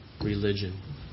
religion